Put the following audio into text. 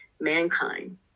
mankind